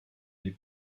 des